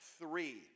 three